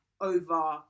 over